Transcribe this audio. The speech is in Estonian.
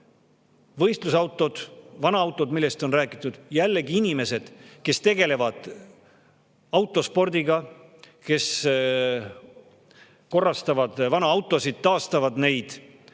Võistlusautod, vanaautod, millest on räägitud. Jällegi, inimesed, kes tegelevad autospordiga või kes korrastavad vanu autosid, taastavad neid,